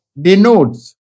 denotes